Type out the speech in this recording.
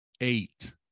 eight